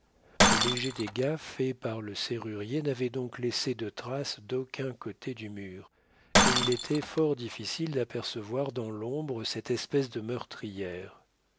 les légers dégâts faits par le serrurier n'avaient donc laissé de traces d'aucun côté du mur et il était fort difficile d'apercevoir dans l'ombre cette espèce de meurtrière